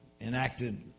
enacted